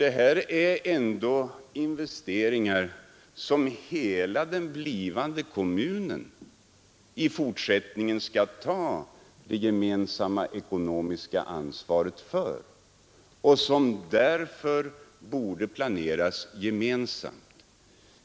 Det gäller här investeringar som hela den blivande kommunen i fortsättningen skall ta det gemensamma ekonomiska ansvaret för och som därför borde planeras gemensamt.